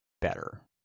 better